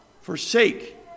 forsake